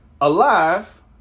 Alive